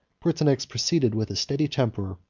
pertinax proceeded with a steady temper,